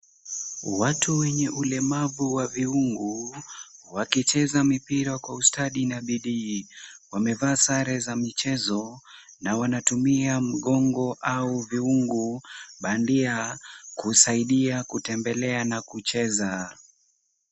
Watu wenye ulemavu wa viungu wakicheza mpira kwa ustadi na bidii. Wamevaa sare za michezo na wanatumia migogo au miungu bandia kusaidia kutembelea na kucheza.